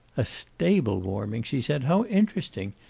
a stable-warming! she said. how interesting!